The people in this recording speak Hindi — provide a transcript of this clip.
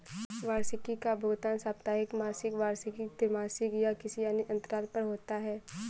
वार्षिकी का भुगतान साप्ताहिक, मासिक, वार्षिक, त्रिमासिक या किसी अन्य अंतराल पर होता है